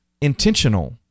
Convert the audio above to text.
intentional